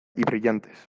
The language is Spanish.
brillantes